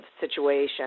situation